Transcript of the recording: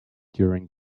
during